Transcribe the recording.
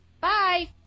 Bye